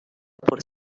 por